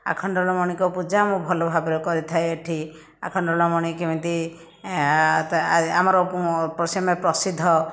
ଆଖଣ୍ଡଳମଣିଙ୍କ ପୂଜା ମୁଁ ଭଲ ଭାବରେ କରିଥାଏ ଏଠି ଆଖଣ୍ଡଳମଣି କେମିତି ଆମର ପ୍ରସିଦ୍ଧ